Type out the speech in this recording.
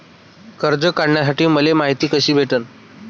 कर्ज काढासाठी मले मायती कशी भेटन?